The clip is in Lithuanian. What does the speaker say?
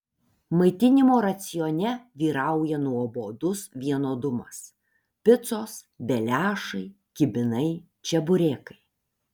maitinimo racione vyrauja nuobodus vienodumas picos beliašai kibinai čeburekai